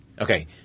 Okay